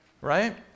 Right